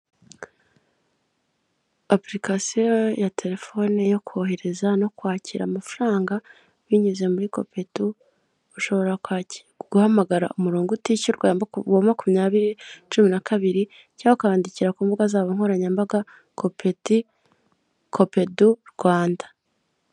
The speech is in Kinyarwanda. Apulikasiyo ya telefone yo kohereza no kwakira amafaranga binyuze muri kopedu ushobora guhamagara umurongo utishyurwa wa makumyabiri cumi na kabiri cyangwa ukabandikira ku mbuga zabo nkoranyambaga kopedu Rwanda.